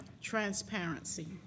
transparency